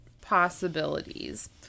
possibilities